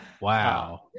wow